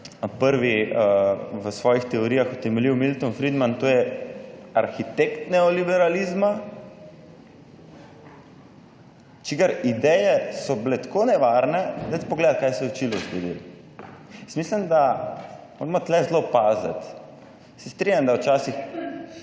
prvi v svojih teorijah utemeljil Milton Friedman. To je arhitekt neoliberalizma, čigar ideje so bile tako nevarne, dajte pogledati kaj se je v Čilu zgodilo. Jaz mislim, da moramo tu zelo paziti. Se strinjam, da včasih